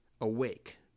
awake